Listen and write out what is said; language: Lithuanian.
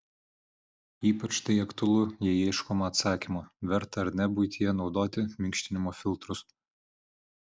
ypač tai aktualu jei ieškoma atsakymo verta ar ne buityje naudoti minkštinimo filtrus